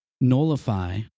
nullify